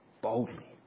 boldly